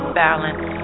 balance